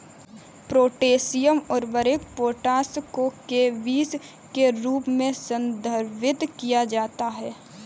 potassium उर्वरक potash को केबीस के रूप में संदर्भित किया जाता है